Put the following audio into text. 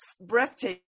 breathtaking